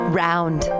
round